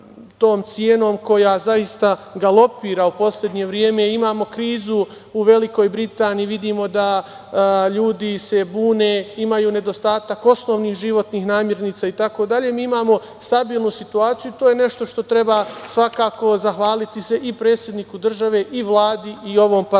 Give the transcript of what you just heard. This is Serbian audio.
koja zaista galopira u poslednje vreme. Imamo krizu u Velikoj Britaniji i vidimo da ljudi se bune, imaju nedostatak osnovnih životnih namirnica itd. Mi imamo stabilnu situaciju i to je nešto što treba svakako zahvaliti se i predsedniku države i Vladi i ovom parlamentu.Međutim,